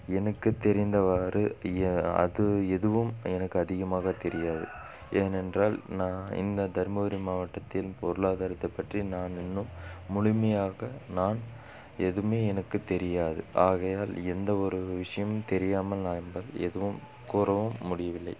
எனக்கு தெரிந்தவாறு எ அது எதுவும் எனக்கு அதிகமாக தெரியாது ஏனென்றால் நான் இந்த தருமபுரி மாவட்டத்தின் பொருளாதாரத்தை பற்றி நான் இன்னும் முழுமையாக நான் எதுவுமே எனக்கு தெரியாது ஆகையால் எந்த ஒரு விஷியமும் தெரியாமல் நான் எதுவும் கூறவும் முடியவில்லை